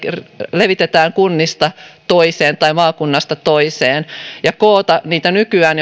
levitetään kunnasta toiseen tai maakunnasta toiseen ja koota niitä nykyään